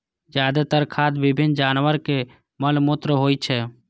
जादेतर खाद विभिन्न जानवरक मल मूत्र होइ छै